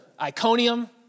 Iconium